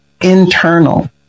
internal